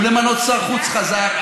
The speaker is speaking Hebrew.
מה שצריך הוא למנות שר חוץ חזק,